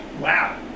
Wow